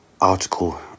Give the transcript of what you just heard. article